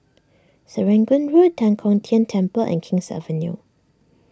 Serangoon Road Tan Kong Tian Temple and King's Avenue